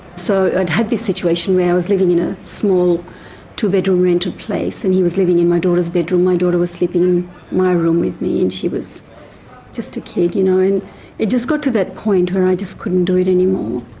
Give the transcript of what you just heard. so i'd had this situation where i was living in a small two-bedroom rented place and he was living in my daughter's bedroom. my daughter was sleeping in my room with me and she was just a kid, you know? and it just got to that point where i just couldn't do it anymore.